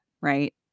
Right